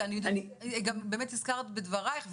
באמת הזכרת בדברייך,